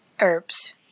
herbs